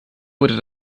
wurde